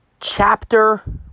chapter